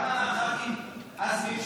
למה עזמי בשארה,